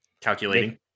Calculating